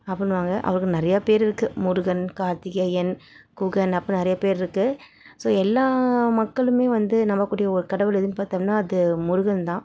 அப்பிடின்னுவாங்க அவருக்கு நிறையா பேர் இருக்குது முருகன் கார்த்திகேயன் குகன் அப்பிடின்னு நிறைய பேர் இருக்குது ஸோ எல்லா மக்களும் வந்து நம்பக்கூடிய ஒரு கடவுள் எதுன்னு பார்த்தோம்னா அது முருகன் தான்